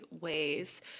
ways